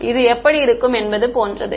மாணவர் இது எப்படி இருக்கும் என்பது போன்றது